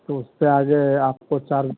तो उससे आज आपको चार्ज